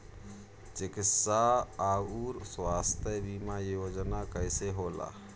चिकित्सा आऊर स्वास्थ्य बीमा योजना कैसे होला?